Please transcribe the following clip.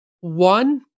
One